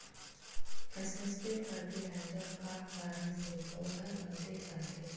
SSP fertiliser का कारण से पौधा ल दे जाथे?